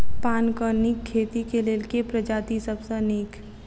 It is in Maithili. पानक नीक खेती केँ लेल केँ प्रजाति सब सऽ नीक?